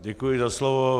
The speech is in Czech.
Děkuji za slovo.